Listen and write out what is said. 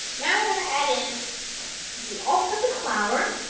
now we're going to add in the all purpose flour.